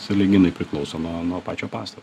sąlyginai priklauso nuo nuo pačio pastato